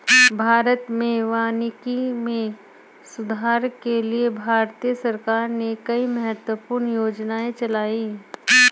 भारत में वानिकी में सुधार के लिए भारतीय सरकार ने कई महत्वपूर्ण योजनाएं चलाई